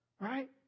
Right